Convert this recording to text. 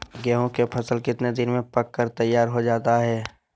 गेंहू के फसल कितने दिन में पक कर तैयार हो जाता है